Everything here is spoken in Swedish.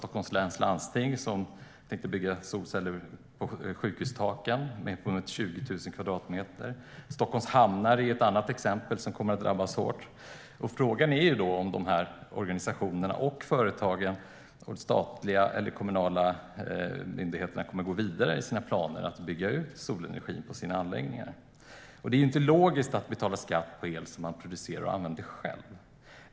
Stockholms landsting tänkte bygga solceller på sjukhustaken, uppemot 20 000 kvadratmeter. Stockholms Hamnar är ett annat exempel på några som kommer att drabbas hårt. Frågan är då om de här organisationerna, företagen och statliga eller kommunala myndigheterna kommer att gå vidare i sina planer att bygga ut solenergin på sina anläggningar. Det är inte logiskt att betala skatt på el som man producerar och använder själv.